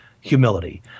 humility